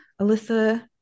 Alyssa